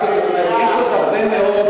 רק עוד אומר: יש עוד הרבה מאוד,